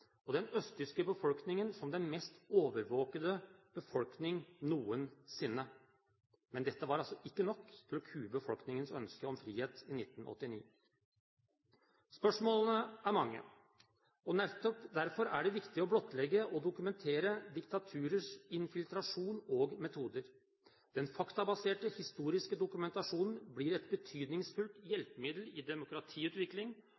og den østtyske befolkningen som den mest overvåkede befolkning noensinne. Men dette var altså ikke nok til å kue befolkningens ønske om frihet i 1989. Spørsmålene er mange. Nettopp derfor er det viktig å blottlegge og dokumentere diktaturers infiltrasjon og metoder. Den faktabaserte historiske dokumentasjonen blir et betydningsfullt